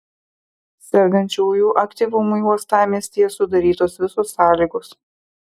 sergančiųjų aktyvumui uostamiestyje sudarytos visos sąlygos